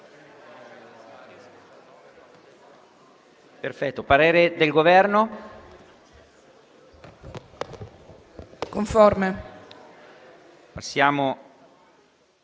parere del Governo